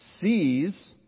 sees